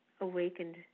awakened